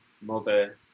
mother